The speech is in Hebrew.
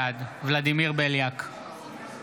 בעד ולדימיר בליאק,